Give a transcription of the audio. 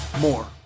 more